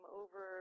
over